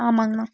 ஆமாங்கண்ணா